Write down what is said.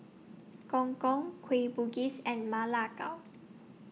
Gong Gong Kueh Bugis and Ma Lai Gao